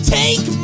take